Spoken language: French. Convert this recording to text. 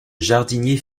jardinier